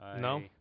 No